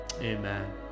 Amen